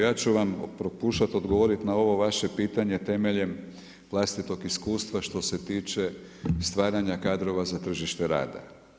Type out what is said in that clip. Ja ću vam pokušati odgovoriti na ovo vaše pitanje temeljem vlastitog iskustva što se tiče stvaranja kadrova za tržište rada.